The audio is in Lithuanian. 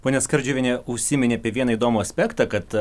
ponia skardžiuvienė užsiminė apie vieną įdomų aspektą kad